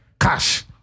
Cash